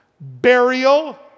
burial